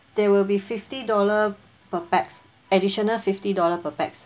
there will be fifty dollar per pax additional fifty dollar per pax